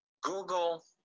Google